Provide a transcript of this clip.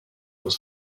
was